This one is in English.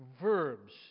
verbs